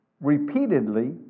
repeatedly